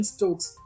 Stokes